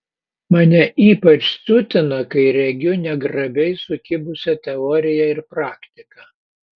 mane ypač siutina kai regiu negrabiai sukibusią teoriją ir praktiką